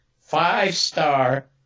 five-star